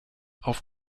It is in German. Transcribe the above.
auf